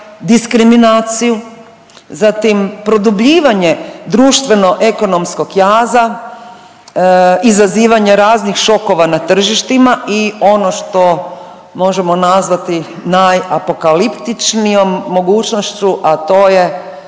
diskriminaciju, zatim produbljivanje društvenoekonomskog jaza, izazivanje raznih šokova na tržištima i ono što možemo nazvati najapokaliptičnijom mogućnošću, a to je